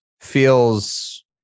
feels